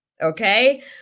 okay